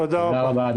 תודה רבה.